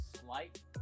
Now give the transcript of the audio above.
slight